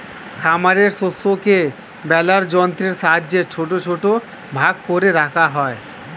খামারের শস্যকে বেলার যন্ত্রের সাহায্যে ছোট ছোট ভাগ করে রাখা হয়